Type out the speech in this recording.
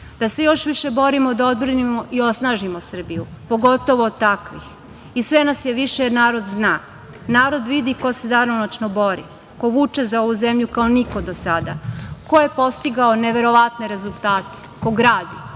da se još više borimo da odbrani i osnažimo Srbiju, pogotovo od takvih i sve nas je više, jer narod zna, narod vidi ko se danonoćno bori, ko vuče za ovu zemlju kao niko do sada, ko je postigao neverovatne rezultate, ko gradi,